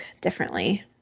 differently